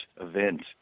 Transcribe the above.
event